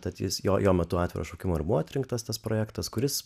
tad jis jo metu atviro šaukimo ir buvo atrinktas tas projektas kuris